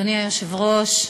אדוני היושב-ראש,